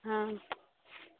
हँ